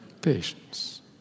Patience